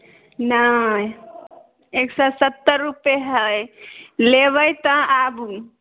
नहि एक सए सत्तर रुपैये हय लेबै तऽ आबू